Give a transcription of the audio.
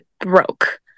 broke